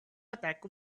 attack